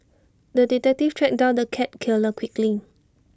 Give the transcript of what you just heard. the detective tracked down the cat killer quickly